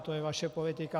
To je vaše politika.